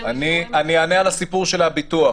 אני אענה על הסיפור של הביטוח